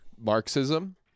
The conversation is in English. marxism